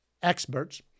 experts